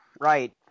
Right